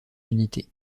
unités